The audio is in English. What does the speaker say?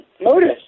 Notice